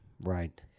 Right